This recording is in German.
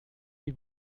die